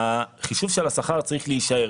החישוב של השכר צריך להישאר.